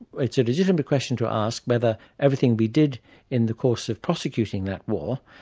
it's a legitimate question to ask whether everything we did in the course of prosecuting that war,